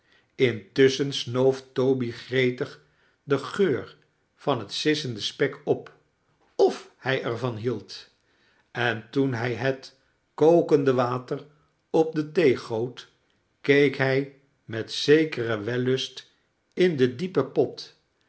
intubschen snoof toby gi'etig den geui van het sissende spek op of hij er van hield en toen bij het kokende water op de thee goot keek hij met zekeren welhist in den diepen pot